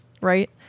Right